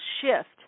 shift